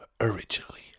originally